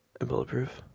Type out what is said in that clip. Bulletproof